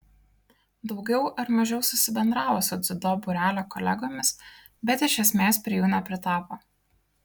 daugiau ar mažiau susibendravo su dziudo būrelio kolegomis bet iš esmės prie jų nepritapo